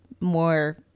more